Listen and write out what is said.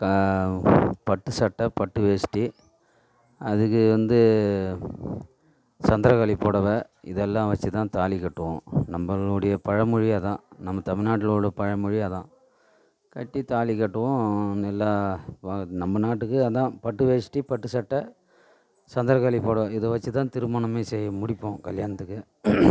பட்டு சட்டை பட்டு வேஷ்டி அதுக்கு வந்து சந்திரக்காளி புடவை இதெல்லாம் வச்சு தான் தாலிக் கட்டுவோம் நம்மளுடைய பழமொழி அதான் நம்ம தமிழ்நாட்டுல உள்ள பழமொழி அதான் கட்டி தாலி கட்டுவோம் நல்லா நம்ம நாட்டுக்கு அதான் பட்டு வேஷ்டி பட்டு சட்டை சந்திரக்காளி புடவை இதை வச்சு தான் திருமணம் செய்து முடிப்போம் கல்யாணத்துக்கு